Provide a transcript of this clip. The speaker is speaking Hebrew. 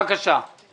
בבקשה.